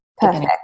Perfect